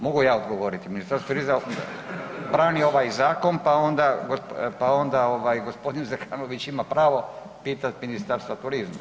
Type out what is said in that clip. Mogu ja odgovoriti, Ministarstvo turizma brani ovaj zakon pa onda gospodin Zekanović ima pravo pitat Ministarstvo turizma.